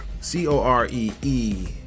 c-o-r-e-e